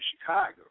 Chicago